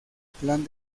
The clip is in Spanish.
plan